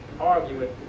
arguing